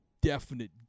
definite